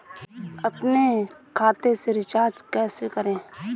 अपने खाते से रिचार्ज कैसे करें?